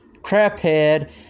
Craphead